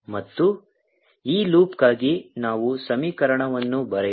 ಮತ್ತು ಈ ಲೂಪ್ಗಾಗಿ ನಾವು ಸಮೀಕರಣವನ್ನು ಬರೆಯೋಣ